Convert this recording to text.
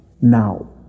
now